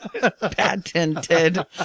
Patented